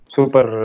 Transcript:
Super